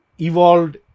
evolved